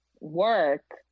work